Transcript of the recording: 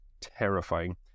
Terrifying